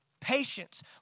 Patience